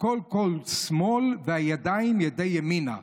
"הקול קול שמאל והידיים ידי ימינה.